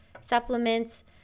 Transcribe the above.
supplements